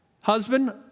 Husband